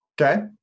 okay